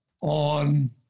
on